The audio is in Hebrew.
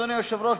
אדוני היושב-ראש,